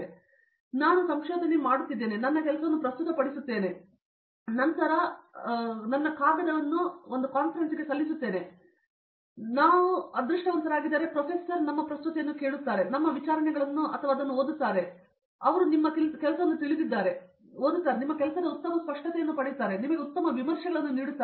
ಒಮ್ಮೆ ನಾನು ಸಂಶೋಧನೆಗೆ ಹೋಗಿದ್ದೇನೆ ನಾನು ನನ್ನ ಕೆಲಸವನ್ನು ಪ್ರಸ್ತುತಪಡಿಸುತ್ತೇನೆ ಮತ್ತು ನಂತರ ನಾನು ಕಾಗದವನ್ನು ಸಲ್ಲಿಸುತ್ತೇನೆ ಪ್ರೊಫೆಸರ್ ನಾವು ಅದೃಷ್ಟವಂತರಾಗಿದ್ದರೆ ನಿಮ್ಮ ಪ್ರಸ್ತುತಿಯನ್ನು ಕೇಳುತ್ತಿದ್ದರು ಅಥವಾ ನಿಮ್ಮ ವಿಚಾರಣೆಗಳನ್ನು ಅಥವಾ ಅದನ್ನೇ ಓದುತ್ತಾರೆ ಅವರು ಓದುತ್ತಾರೆ ಅಥವಾ ಅವರು ನಿಮ್ಮ ಕೆಲಸವನ್ನು ತಿಳಿದಿದ್ದಾರೆ ಮತ್ತು ಅವನು ಅದನ್ನು ಓದುತ್ತಾನೆ ಅವನು ನಿಮ್ಮ ಕೆಲಸದ ಉತ್ತಮ ಸ್ಪಷ್ಟತೆಯನ್ನು ಪಡೆಯುತ್ತಾನೆ ಮತ್ತು ನಿಮಗೆ ಉತ್ತಮ ವಿಮರ್ಶೆಗಳನ್ನು ನೀಡುತ್ತದೆ